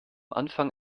anfang